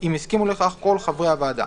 אם הסכימו לכך כל חברי הוועדה,